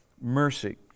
mercy